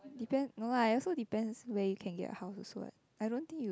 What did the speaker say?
depend no lah it also depends where you can get house also what I don't think you